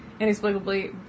inexplicably